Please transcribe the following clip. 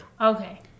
Okay